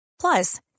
Plus